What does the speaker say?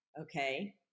okay